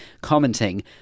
commenting